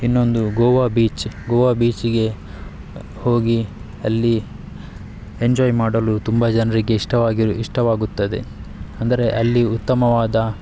ಇನ್ನೊಂದು ಗೋವಾ ಬೀಚ್ ಗೋವಾ ಬೀಚ್ಗೆ ಹೋಗಿ ಅಲ್ಲಿ ಎಂಜಾಯ್ ಮಾಡಲು ತುಂಬ ಜನರಿಗೆ ಇಷ್ಟವಾಗಿ ಇಷ್ಟವಾಗುತ್ತದೆ ಅಂದರೆ ಅಲ್ಲಿ ಉತ್ತಮವಾದ